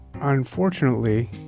unfortunately